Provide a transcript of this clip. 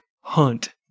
Hunt